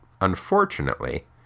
Unfortunately